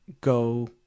go